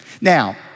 Now